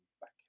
back